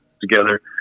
together